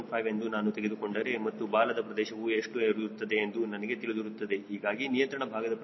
5 ಎಂದು ನಾನು ತೆಗೆದುಕೊಂಡರೆ ಮತ್ತು ಬಾಲದ ಪ್ರದೇಶವು ಎಷ್ಟು ಇರುತ್ತದೆ ಎಂದು ನನಗೆ ತಿಳಿದಿರುತ್ತದೆ ಹೀಗಾಗಿ ನಿಯಂತ್ರಣ ಭಾಗದ ಪ್ರದೇಶದ ಮೌಲ್ಯವು 0